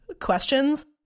questions